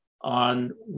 on